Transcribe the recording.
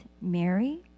Mary